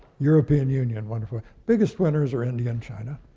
european union, wonderful. biggest winners are india and china,